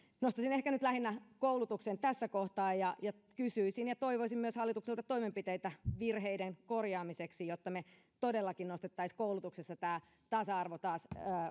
nostaisin ehkä nyt lähinnä koulutuksen tässä kohtaa ja ja kysyisin ja toivoisin hallitukselta toimenpiteitä virheiden korjaamiseksi jotta me todellakin nostaisimme koulutuksessa tämän tasa arvon taas